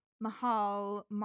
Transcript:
Mahal